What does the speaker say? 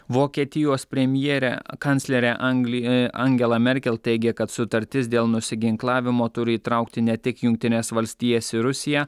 vokietijos premjerė kanclerė angli e angela merkel teigė kad sutartis dėl nusiginklavimo turi įtraukti ne tik jungtines valstijas ir rusiją